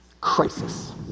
Crisis